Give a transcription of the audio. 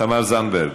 תמר זנדברג,